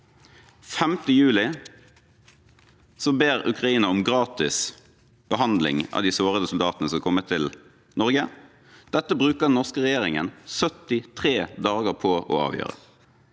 5. juli ba Ukraina om gratis behandling av de sårede soldatene som har kommet til Norge. Det brukte den norske regjeringen 73 dager på å avgjøre.